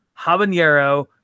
habanero